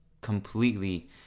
completely